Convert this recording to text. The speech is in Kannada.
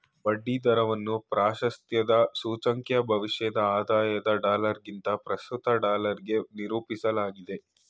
ಬಡ್ಡಿ ದರವನ್ನ ಪ್ರಾಶಸ್ತ್ಯದ ಸೂಚ್ಯಂಕ ಭವಿಷ್ಯದ ಆದಾಯದ ಡಾಲರ್ಗಿಂತ ಪ್ರಸ್ತುತ ಡಾಲರ್ಗೆ ನಿರೂಪಿಸಲಾಗಿದೆ